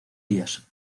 días